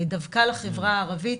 דווקא לחברה הערבית.